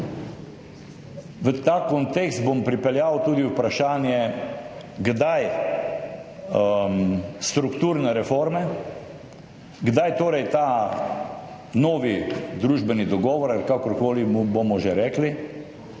V ta kontekst bom pripeljal tudi vprašanje, kdaj strukturne reforme, kdaj torej ta novi družbeni dogovor ali kakorkoli mu bomo že rekli.